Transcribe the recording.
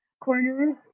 corners